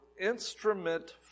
instrument